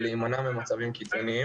יש לי סוג של הצעה.